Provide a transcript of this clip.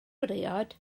briod